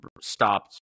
stopped